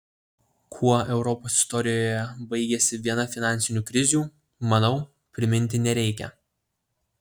kuo europos istorijoje baigėsi viena finansinių krizių manau priminti nereikia